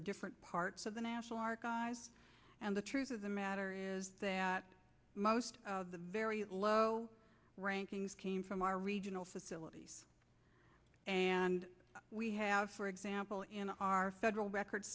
the different parts of the national archives and the truth of the matter is that most of the very low rankings came from our regional facilities and we have for example in our federal record